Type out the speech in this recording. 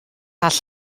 all